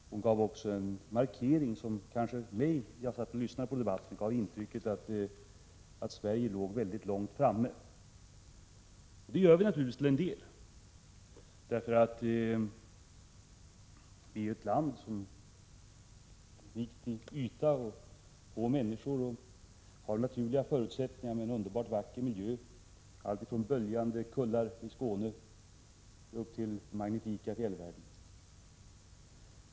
Hon gjorde också en markering som hos mig -— jag satt och lyssnade på debatten — gav intrycket att vi i Sverige ligger väldigt långt framme. Det gör vi naturligtvis till en del. Sverige är ju ett land som är rikt till ytan, där det bor få människor, som har naturliga förutsättningar och en underbart vacker miljö — alltifrån böljande kullar i Skåne till den magnifika fjällvärlden i norr.